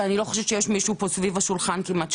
שאני לא חושבת שיש מישהו פה סביב השולחן כמעט,